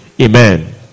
Amen